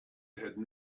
had